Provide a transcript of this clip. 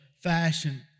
fashion